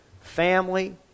family